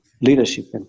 leadership